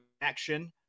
action